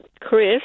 Chris